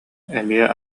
эмиэ